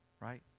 right